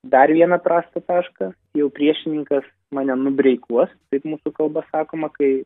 dar vieną prastą tašką jau priešininkas mane nubreikuos mūsų kalba sakoma kai